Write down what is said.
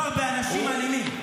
--- מדובר באנשים אלימים.